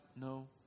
no